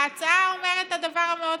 ההצעה אומרת את הדבר המאוד-פשוט: